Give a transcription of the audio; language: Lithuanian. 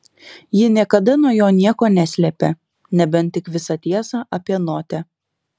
ji niekada nuo jo nieko neslėpė nebent tik visą tiesą apie notę